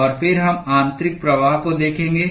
और फिर हम आंतरिक प्रवाह को देखेंगे